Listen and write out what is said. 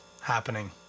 happening